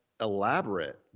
elaborate